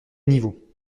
niveaux